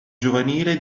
giovanile